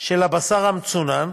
של הבשר המצונן,